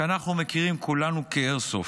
שכולנו מכירים כאיירסופט.